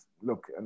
look